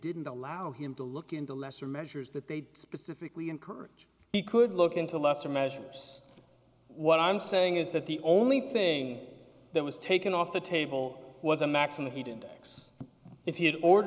didn't allow him to look into lesser measures that they specifically encourage he could look into lesser measures what i'm saying is that the only thing that was taken off the table was a maximum heat index